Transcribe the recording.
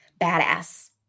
Badass